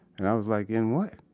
and i was like, in what?